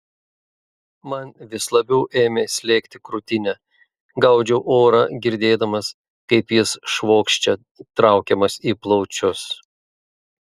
man vis labiau ėmė slėgti krūtinę gaudžiau orą girdėdamas kaip jis švokščia traukiamas į plaučius